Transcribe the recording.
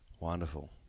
Wonderful